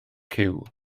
cyw